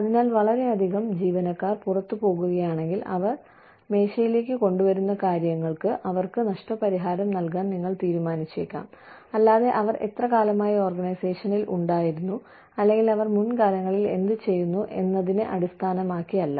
അതിനാൽ വളരെയധികം ജീവനക്കാർ പുറത്തുപോകുകയാണെങ്കിൽ അവർ മേശയിലേക്ക് കൊണ്ടുവരുന്ന കാര്യങ്ങൾക്ക് അവർക്ക് നഷ്ടപരിഹാരം നൽകാൻ നിങ്ങൾ തീരുമാനിച്ചേക്കാം അല്ലാതെ അവർ എത്ര കാലമായി ഓർഗനൈസേഷനിൽ ഉണ്ടായിരുന്നു അല്ലെങ്കിൽ അവർ മുൻകാലങ്ങളിൽ എന്തുചെയ്യുന്നു എന്നതിനെ അടിസ്ഥാനമാക്കിയല്ല